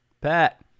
Pat